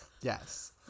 Yes